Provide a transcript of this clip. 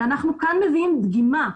ואנחנו כאן מביאים דגימה.